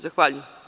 Zahvaljujem.